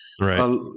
Right